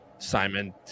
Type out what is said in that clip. simon